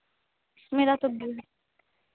मेरा तो बुल